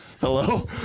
Hello